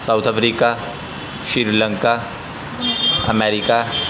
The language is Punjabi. south Africa Sri Lanka America